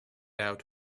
out